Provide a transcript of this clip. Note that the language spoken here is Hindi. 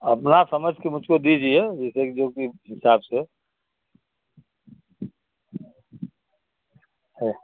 अपना समझ के मुझको दीजिए जैसे कि जो कि हिसाब से है